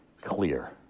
clear